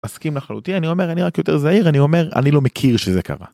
מסכים לחלוטין, אומר אני, רק יותר זהיר, אני אומר אני לא מכיר שזה קרה.